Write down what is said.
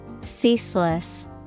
Ceaseless